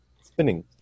spinning